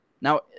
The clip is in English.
Now